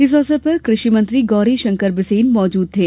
इस अवसर पर कृषि मंत्री गौरीशंकर बिसेन मौजूद थे